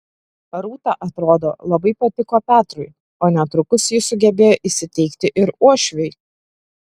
rūta atrodo labai patiko petrui o netrukus ji sugebėjo įsiteikti ir uošviui